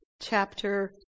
chapter